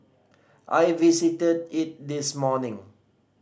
I visited it this morning